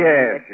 Yes